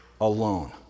alone